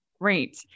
Great